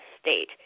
state